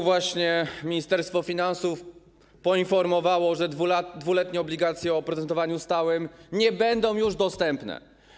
Właśnie Ministerstwo Finansów poinformowało, że dwuletnie obligacje o oprocentowaniu stałym nie będą już dostępne.